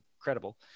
Incredible